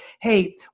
hey